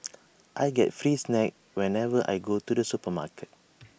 I get free snacks whenever I go to the supermarket